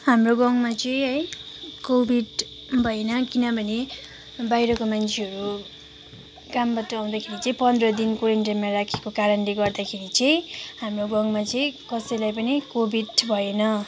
हाम्रो गाउँमा चाहिँ है कोभिड भएन किनभने बाहिरको मान्छेहरू कामबाट आउँदाखेरि चाहिँ पन्ध्र दिन क्वारेन्टाइनमा राखेको कारणले गर्दाखेरि चाहिँ हाम्रो गाउँमा चाहिँ कसैलाई पनि कोभिड भएन